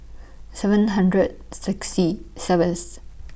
seven hundred sexy seventh